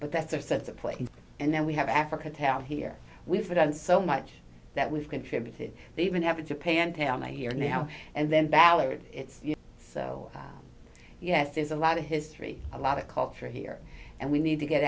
but that's our sense of place and then we have africa town here we've done so much that we've contributed they even have a japan town a year now and then ballard it's so yes there's a lot of history a lot of culture here and we need to get